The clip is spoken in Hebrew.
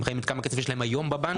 הם חיים את כמה כסף יש להם היום בבנק.